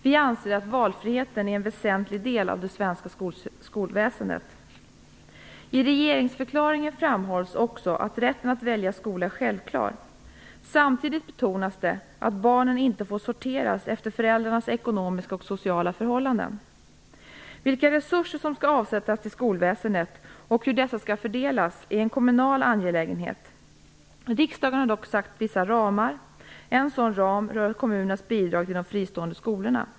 Vi anser att valfriheten är en väsentlig del av det svenska skolväsendet. I regeringsförklaringen framhålls också att rätten att välja skola är självklar. Samtidigt betonas det att barnen inte får sorteras efter föräldrarnas ekonomiska och sociala förhållanden. Vilka resurser som skall avsättas till skolväsendet och hur dessa skall fördelas är en kommunal angelägenhet. Riksdagen har dock satt vissa ramar. En sådan ram rör kommunernas bidrag till de fristående skolorna.